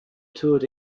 toured